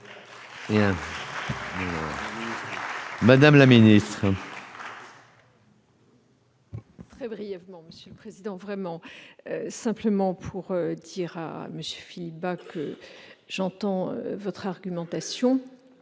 madame la ministre.